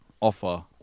offer